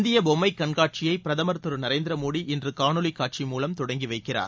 இந்தியபொம்மைகண்காட்சியைபிரதமர் திருநரேந்திரமோடி இன்றுகாணொலிகாட்சி மூலம் தொடங்கிவைக்கிறார்